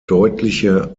deutliche